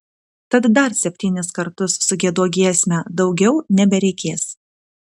tad dar septynis kartus sugiedok giesmę daugiau nebereikės